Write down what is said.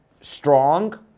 strong